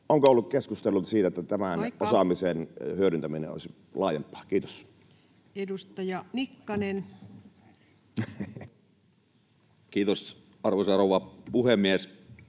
Onko ollut keskusteluita siitä, [Puhemies: Aika!] että tämän osaamisen hyödyntäminen olisi laajempaa? — Kiitos. Edustaja Nikkanen. Kiitos, arvoisa rouva puhemies!